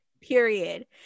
period